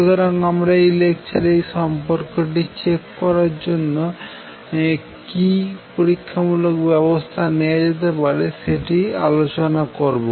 সুতরাং আমরা এই লেকচারে এই সম্পর্কটি চেক করার জন্য কি পরীক্ষামূলক ব্যাবস্থা নেওয়া যেতে পারে সেটি নিয়ে আলোচনা করবো